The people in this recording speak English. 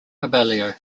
abellio